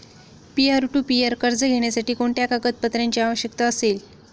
Peer to peer कर्ज घेण्यासाठी कोणत्या कागदपत्रांची आवश्यकता असेल?